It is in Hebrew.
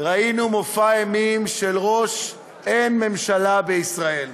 ראינו מופע אימים של ראש אין ממשלה בישראל,